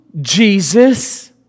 Jesus